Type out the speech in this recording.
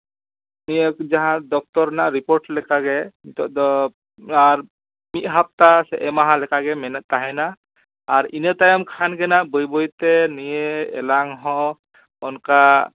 ᱱᱤᱭᱟᱹ ᱡᱟᱦᱟᱸ ᱫᱚᱯᱛᱚᱨ ᱨᱮᱱᱟᱜ ᱨᱤᱯᱳᱴ ᱞᱮᱠᱟᱜᱮ ᱱᱤᱛᱳᱜ ᱫᱚ ᱟᱨ ᱢᱤᱫ ᱦᱟᱯᱛᱟ ᱥᱮ ᱯᱮ ᱢᱟᱦᱟ ᱞᱮᱠᱟ ᱜᱮ ᱛᱟᱦᱮᱱᱟ ᱟᱨ ᱤᱱᱟᱹ ᱛᱟᱭᱚᱢ ᱠᱷᱟᱱ ᱜᱮ ᱱᱟᱦᱟᱜ ᱵᱟᱹᱭ ᱵᱟᱹᱭ ᱛᱮ ᱱᱤᱭᱟᱹ ᱮᱞᱟᱝ ᱦᱚᱸ ᱚᱱᱠᱟ